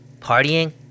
partying